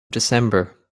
december